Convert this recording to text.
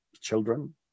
children